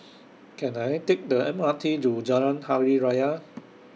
Can I Take The M R T to Jalan Hari Raya